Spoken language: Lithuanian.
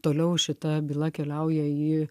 toliau šita byla keliauja į